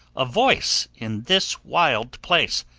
a voice in this wild place!